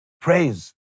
praise